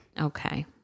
Okay